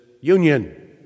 union